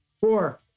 Four